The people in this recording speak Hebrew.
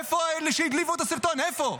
איפה אלה שהדליפו את הסרטון, איפה?